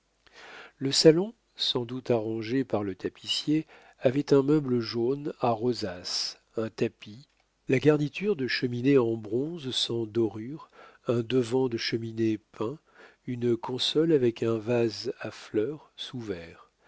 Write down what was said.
le salon sans doute arrangé par le tapissier avait un meuble jaune à rosaces un tapis la garniture de cheminée en bronze sans dorures un devant de cheminée peint une console avec un vase à fleurs